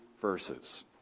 verses